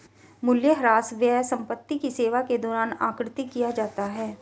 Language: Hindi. मूल्यह्रास व्यय संपत्ति की सेवा के दौरान आकृति किया जाता है